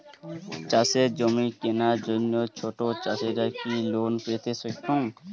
চাষের জমি কেনার জন্য ছোট চাষীরা কি লোন পেতে সক্ষম?